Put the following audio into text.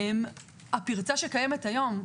הפרצה שקיימת היום.